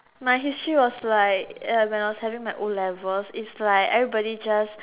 my history was like uh when I was having my O-levels it's like everybody just